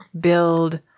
build